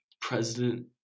President